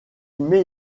met